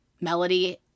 melody